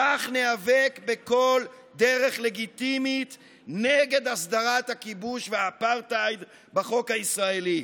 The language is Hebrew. כך ניאבק בכל דרך לגיטימית נגד הסדרת הכיבוש והאפרטהייד בחוק הישראלי.